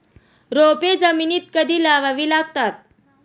रोपे जमिनीत कधी लावावी लागतात?